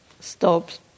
stops